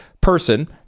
person